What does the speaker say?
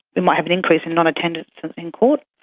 it might have an increase in non-attendance in court.